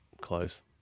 close